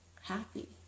happy